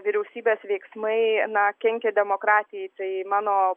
vyriausybės veiksmai na kenkia demokratijai tai mano